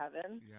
heaven